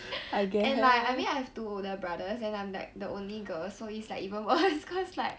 and like I mean I have two older brothers and I'm like the only girl so it's like even worst cause like